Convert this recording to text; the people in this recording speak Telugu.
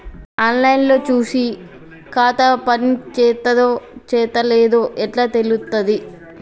ఆన్ లైన్ లో చూసి ఖాతా పనిచేత్తందో చేత్తలేదో ఎట్లా తెలుత్తది?